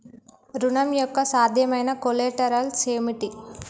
ఋణం యొక్క సాధ్యమైన కొలేటరల్స్ ఏమిటి?